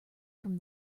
from